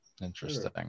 Interesting